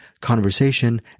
conversation